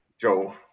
Joe